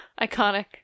Iconic